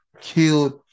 killed-